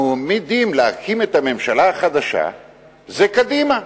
המועמדים להרכיב את הממשלה החדשה זה קדימה.